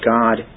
God